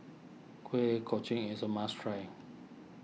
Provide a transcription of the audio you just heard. Kuih Kochi is a must try